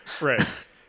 right